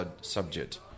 subject